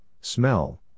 smell